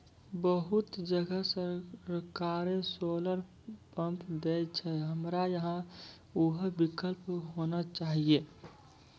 बहुत जगह सरकारे सोलर पम्प देय छैय, हमरा यहाँ उहो विकल्प होना चाहिए?